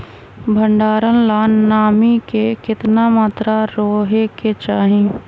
भंडारण ला नामी के केतना मात्रा राहेके चाही?